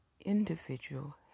individual